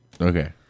okay